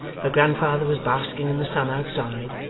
her grandfather was basking in the sun outside,